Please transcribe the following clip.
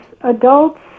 adults